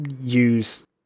use